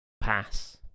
pass